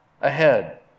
ahead